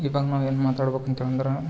ಇವಾಗ ನಾವು ಏನು ಮಾತಾಡ್ಬೇಕಂತಂದ್ರೆ